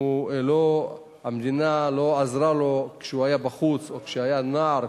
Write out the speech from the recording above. אם המדינה לא עזרה לו כשהוא היה בחוץ או כשהוא היה נער,